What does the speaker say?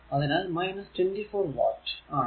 അതിനാൽ 24 വാട്ട് ആണ്